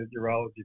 urology